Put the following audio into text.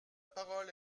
parole